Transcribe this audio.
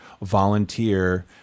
volunteer